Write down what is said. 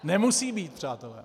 Nemusí být, přátelé!